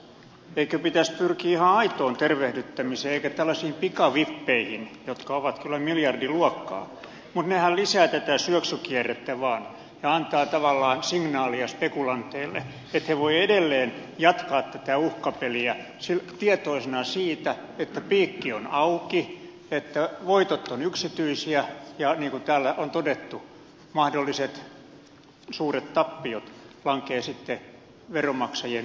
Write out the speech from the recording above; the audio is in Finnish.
eikö pitäisi pyrkiä ihan aitoon tervehdyttämiseen eikä tällaisiin pikavippeihin jotka ovat kyllä miljardiluokkaa mutta nehän lisäävät tätä syöksykierrettä vaan ja antavat tavallaan signaalia spekulanteille että he voivat edelleen jatkaa tätä uhkapeliä tietoisena siitä että piikki on auki että voitot ovat yksityisiä ja niin kuin täällä on todettu mahdolliset suuret tappiot lankeavat sitten veronmaksajien maksettavaksi